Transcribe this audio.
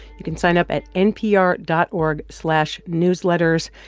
you can sign up at npr dot org slash newsletters.